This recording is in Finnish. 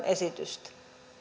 esitystä